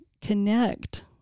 connect